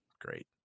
great